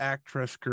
Actress